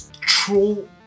troll